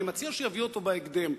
אני מציע שיביא אותו בהקדם,